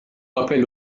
rappel